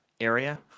area